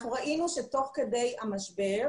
אנחנו ראינו שתוך כדי המשבר,